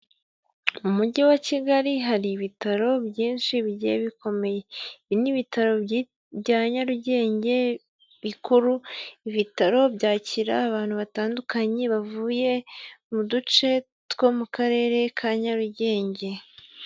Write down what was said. Mu mujyi wa Kigali hari ibitaro byinshi bigiye bikomeye, ni ibitaro bya Nyarugenge bikuru, ibitaro byakira abantu batandukanye bavuye mu duce two mu Karere ka Nyarugenge.